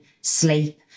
sleep